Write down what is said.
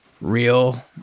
real